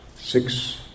six